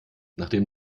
nachdem